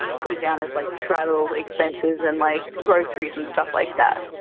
put it down as like travel expenses, and like groceries and stuff like that.